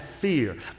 fear